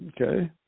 Okay